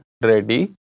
ready